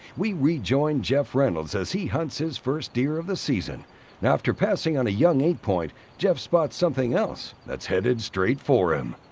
we rejoin jeff reynolds as he hunts his first deer of the season. now after passing on a young eight point, jeff spots something else that's headed straight for him.